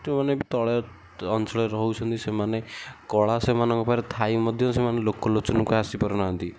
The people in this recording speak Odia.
ମାନେ ତଳେ ଅଞ୍ଚଳରେ ରହୁଛନ୍ତି ସେମାନେ କଳା ସେମାନଙ୍କ ପାଖରେ ଥାଇ ମଧ୍ୟ ସେମାନେ ଲୋକଲୋଚନକୁ ଆସି ପାରୁନାହାଁନ୍ତି